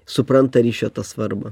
supranta ryšio tą svarbą